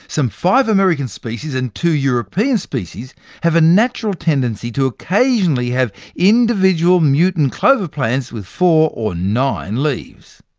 some five american species and two european species have a natural tendency to occasionally have individual mutant clover plants with four or nine leaves.